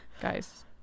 guys